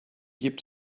gibt